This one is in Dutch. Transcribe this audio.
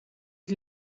het